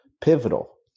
pivotal